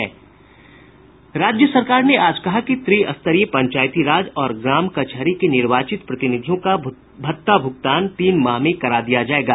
राज्य सरकार ने आज कहा कि त्रिस्तरीय पंचायती राज और ग्राम कचहरी के निर्वाचित प्रतिनिधियों का भत्ता भुगतान तीन माह में करा दिया जायेगा